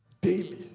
daily